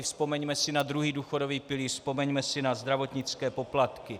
Vzpomeňme si na druhý důchodový pilíř, vzpomeňme si na zdravotnické poplatky.